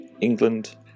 England